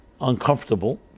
uncomfortable